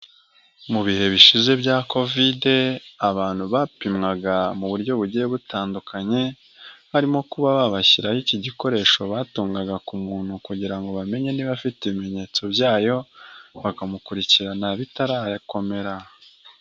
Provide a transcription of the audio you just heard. Mu bihe bishize bya kovide abantu bapimwaga mu buryo bugiye butandukanye, harimo kuba babashyiraho iki gikoresho batungaga ku muntu kugira ngo bamenye niba afite ibimenyetso byayo bakamukurikirana bitarakomera.